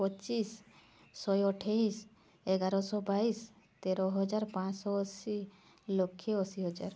ପଚିଶ ଶହେ ଅଠେଇଶ ଏଗାର ଶହ ବାଇଶି ତେର ହଜାର ପାଞ୍ଚଶହ ଅଶୀ ଲକ୍ଷେ ଅଶୀ ହଜାର